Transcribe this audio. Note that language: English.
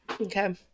Okay